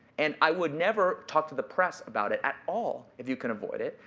and i would never talk to the press about it at all, if you can avoid it.